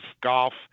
golf